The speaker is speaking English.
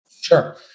Sure